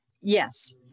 yes